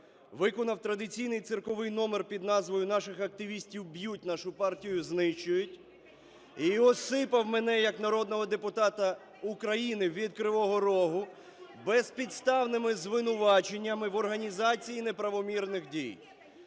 виконав традиційний цирковий номер під назвою "наших активістів б'ють, нашу партію знищують" і осипав мене як народного депутати України від Кривого Рогу безпідставними звинуваченнями в організації неправомірних дій.